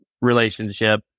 relationship